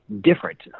different